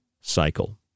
cycle